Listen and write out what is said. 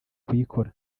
kuyikora